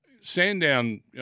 Sandown